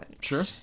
Sure